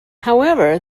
however